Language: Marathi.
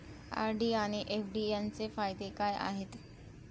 आर.डी आणि एफ.डी यांचे फायदे काय आहेत?